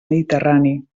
mediterrani